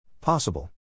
Possible